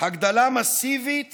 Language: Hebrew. הגדלה מסיבית